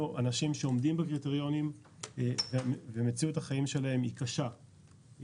אנשים שעומדים בקריטריונים ומציאות החיים שלהם היא קשה,